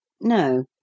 No